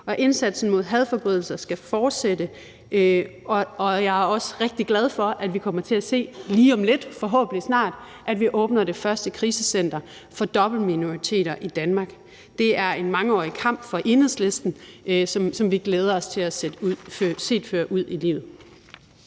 Og indsatsen mod hadforbrydelser skal fortsætte, og jeg er også rigtig glad for, at vi kommer til lige om lidt – forhåbentlig snart – at se, at vi åbner det første krisecenter for dobbeltminoriteter i Danmark. Det er en mangeårig kamp for Enhedslisten, som vi glæder os til at se ført ud i livet.